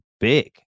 big